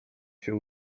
się